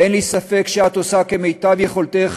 ואין לי ספק שאת עושה כמיטב יכולתך,